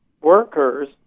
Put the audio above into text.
workers